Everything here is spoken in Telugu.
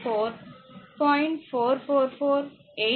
444 8